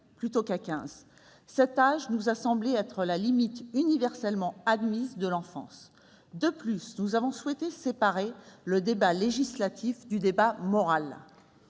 plutôt qu'à quinze ans. Cet âge nous a semblé la limite universellement admise de l'enfance. De plus, nous avons souhaité séparer le débat législatif du débat moral